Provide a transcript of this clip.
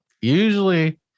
usually